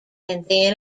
then